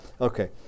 Okay